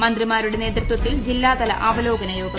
മന്ത്രിമാരുടെ നേതൃത്വത്തിൽ ജില്ലാതല അവലോകനായോഗം ചേർന്നു